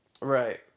Right